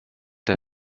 der